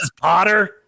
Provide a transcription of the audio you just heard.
potter